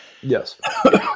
Yes